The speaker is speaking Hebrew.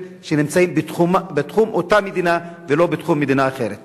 שנמצאים בתחום אותה מדינה ולא בתחום מדינה אחרת.